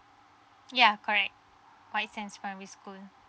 ya correct white sands primary school